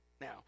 now